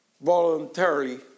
voluntarily